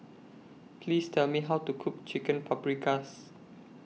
Please Tell Me How to Cook Chicken Paprikas